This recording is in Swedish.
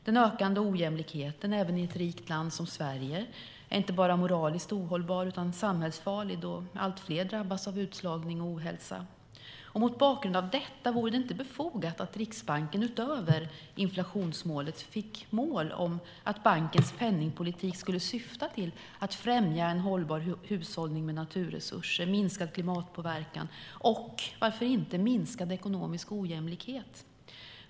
Den ökande ojämlikheten även i ett rikt land som Sverige är inte bara moraliskt ohållbar utan samhällsfarlig då allt fler drabbas av utslagning och ohälsa. Mot bakgrund av detta, vore det inte befogat att Riksbanken utöver inflationsmålet fick mål om att bankens penningpolitik skulle syfta till att främja hållbar hushållning med naturresurser, minskad klimatpåverkan och, varför inte, minskad ekonomisk ojämlikhet?